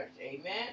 Amen